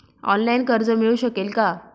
Online कर्ज मिळू शकेल का?